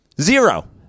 Zero